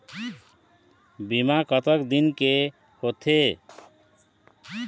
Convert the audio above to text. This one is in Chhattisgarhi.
बीमा कतक दिन के होते?